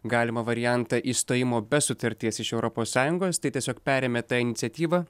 galimą variantą išstojimo be sutarties iš europos sąjungos tai tiesiog perėmė iniciatyvą